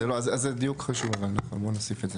אז הדיוק הזה חשוב, בואו נוסיף את זה.